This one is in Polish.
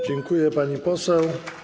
Dziękuję, pani poseł.